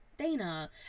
dana